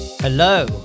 Hello